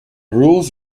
rules